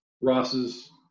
Ross's